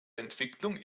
entwicklung